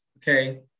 Okay